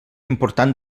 important